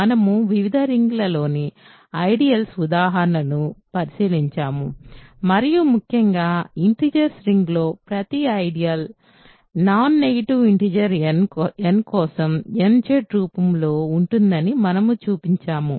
మనము వివిధ రింగ్లలోని ఐడియల్స్ ఉదాహరణలను పరిశీలించాము మరియు ముఖ్యంగా ఇంటిజర్స్ రింగ్లోని ప్రతి ideal non negative integer n కోసం nZ రూపంలో ఉంటుందని మనము చూపించాము